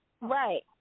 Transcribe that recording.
right